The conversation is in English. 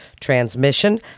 transmission